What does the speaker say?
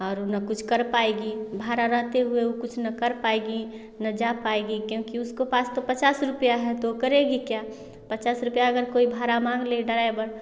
और न कुछ कर पाएगी भाड़ा रहते हुए कुछ न कर पाएगी न जा पाएगी क्योंकि उसके पास तो पचास रुपया हैं तो करेगी क्या पचास रुपया अगर कोई भाड़ा मांग ले ड्राइवर